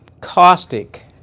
caustic